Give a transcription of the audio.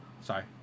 Sorry